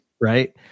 right